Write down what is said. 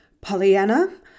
Pollyanna